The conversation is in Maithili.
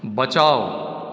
बचाउ